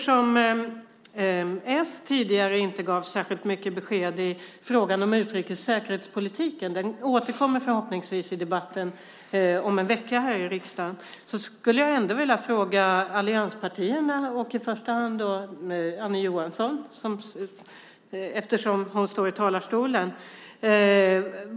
S gav tidigare inte särskilt mycket besked om utrikes och säkerhetspolitiken. Den återkommer förhoppningsvis i debatten om en vecka här i riksdagen. Jag skulle ändå vilja fråga allianspartierna och då i första hand Annie Johansson, eftersom hon står i talarstolen, om detta.